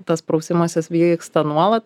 tas prausimasis vyksta nuolat